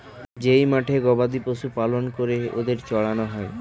যেই মাঠে গবাদি পশু পালন করে ওদের চড়ানো হয়